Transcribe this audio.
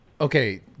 okay